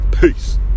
peace